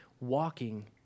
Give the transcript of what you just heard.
walking